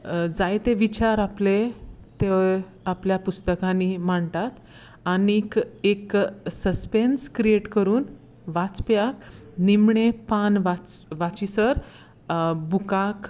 जायते विचार आपले आपल्या पुस्तकांनी मांडटात आनी एक सस्पॅन्स क्रिएट करून वाचप्याक वाचप्याक निमणें पान वाचीसर बुकाक